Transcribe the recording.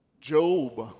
Job